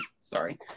sorry